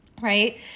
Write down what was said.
right